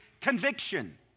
conviction